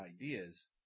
ideas